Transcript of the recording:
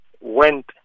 went